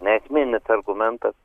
ne esminis argumentas